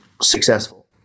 successful